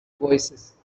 voicesand